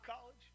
college